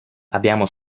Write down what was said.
abbiamo